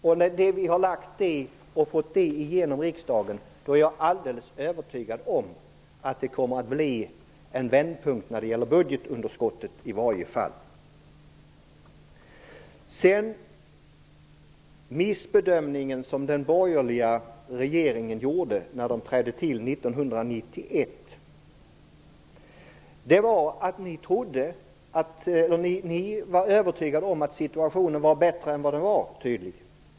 Jag är alldeles övertygad om att det när vi har lagt fram dem och fått igenom dem i riksdagen kommer att bli en vändpunkt, i varje fall när det gäller budgetunderskottet. Den missbedömning som den borgerliga regeringen gjorde när den trädde till 1991 var att den tydligen var övertygad om att situationen var bättre än den var.